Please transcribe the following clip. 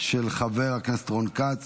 של חבר הכנסת רון כץ.